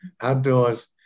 Outdoors